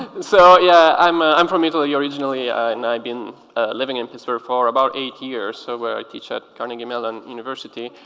so yeah i'm ah um from italy originally and i've been living in pittsburgh for about eight years, so where i teach at carnegie mellon university.